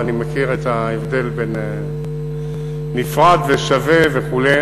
ואני מכיר את ההבדל בין נפרד ושווה וכו'.